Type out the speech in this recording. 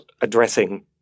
addressing